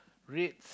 Reds